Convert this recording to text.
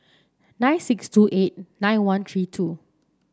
nine six two eight nine one three two